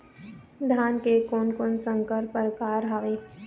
धान के कोन कोन संकर परकार हावे?